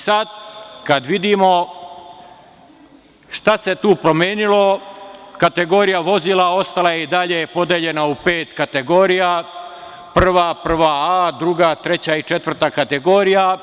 Sada, kada vidimo šta se tu promenilo, kategorija vozila ostala je i dalje podeljena u pet kategorija, prva, prva A, druga, treća i četvrta kategorija.